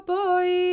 boy